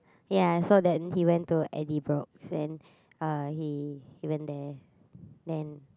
ya so then he went to Eddie-Brock then uh he he went there then